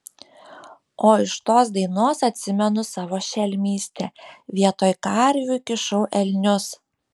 o iš tos dainos atsimenu savo šelmystę vietoj karvių įkišau elnius